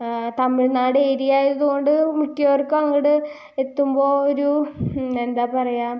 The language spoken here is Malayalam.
തമിഴ്നാട് ഏരിയ ആയതുകൊണ്ട് മിക്കവർക്കും അങ്ങോട്ട് എത്തുമ്പോൾ ഒരു എന്താണ് പറയുക